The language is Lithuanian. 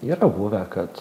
yra buvę kad